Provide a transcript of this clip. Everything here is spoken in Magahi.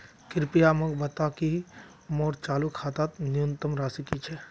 कृपया मोक बता कि मोर चालू खातार न्यूनतम राशि की छे